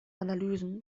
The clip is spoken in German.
analysen